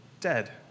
dead